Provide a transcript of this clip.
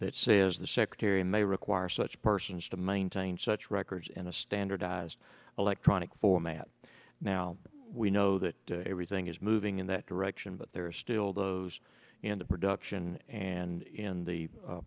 that c is the secretary may require such persons to maintain such records in a standardized electronic format now we know that everything is moving in that direction but there are still those in the production and in the